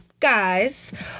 guys